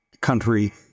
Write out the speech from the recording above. country